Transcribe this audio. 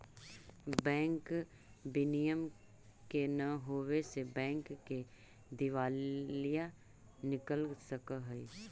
bank विनियम के न होवे से बैंक के दिवालिया निकल सकऽ हइ